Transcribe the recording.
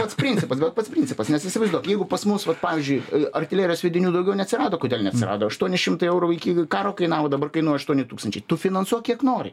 pats principas bet pats principas nes įsivaizduok jeigu pas mus vat pavyzdžiui artilerijos sviedinių daugiau neatsirado kodėl neatsirado aštuoni šimtai eurų iki karo kainavo dabar kainuoja aštuoni tūkstančiai tu finansuok kiek nori